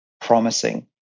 promising